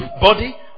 body